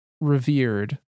revered